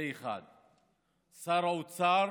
זה, 1. שר האוצר